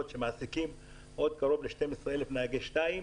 שמעסיקות עוד קרוב ל-12,000 נהגים שניים.